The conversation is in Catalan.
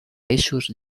eixos